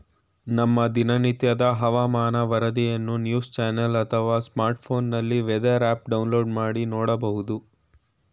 ನಮ್ಮ ದಿನನಿತ್ಯದ ಹವಾಮಾನ ವರದಿಯನ್ನು ನ್ಯೂಸ್ ಚಾನೆಲ್ ಅಥವಾ ಸ್ಮಾರ್ಟ್ಫೋನ್ನಲ್ಲಿ ವೆದರ್ ಆಪ್ ಡೌನ್ಲೋಡ್ ಮಾಡಿ ನೋಡ್ಬೋದು